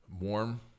Warm